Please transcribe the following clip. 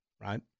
right